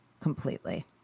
completely